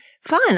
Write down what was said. fun